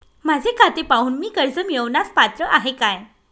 माझे खाते पाहून मी कर्ज मिळवण्यास पात्र आहे काय?